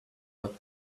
but